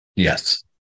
Yes